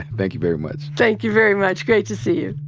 thank you very much. thank you very much. great to see you.